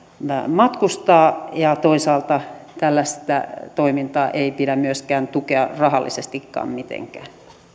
matkustaa ja toisaalta tällaista toimintaa ei pidä myöskään tukea rahallisestikaan mitenkään